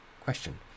question